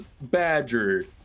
badger